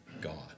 God